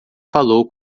falou